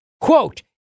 quote